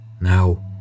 Now